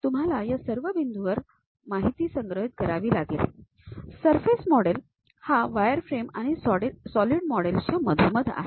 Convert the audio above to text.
तुम्हाला या सर्व बिंदूंवर सर्व माहिती संग्रहित करावी लागेल सरफेस हा वायरफ्रेम आणि सॉलिड मॉडेल्स च्या मधोमध आहे